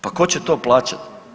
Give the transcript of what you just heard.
Pa tko će to plaćati?